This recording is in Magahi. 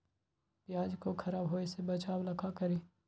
प्याज को खराब होय से बचाव ला का करी?